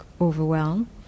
overwhelm